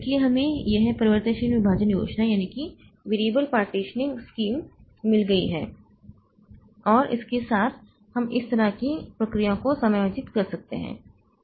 इसलिए हमें यह परिवर्तनशील विभाजन योजना मिल गई है और इसके साथ हम इस तरह की प्रक्रियाओं को समायोजित कर सकते हैं